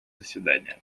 заседание